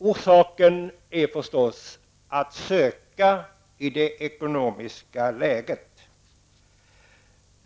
Orsaken är förstås att söka i det ekonomiska läget.